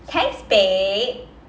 thanks babe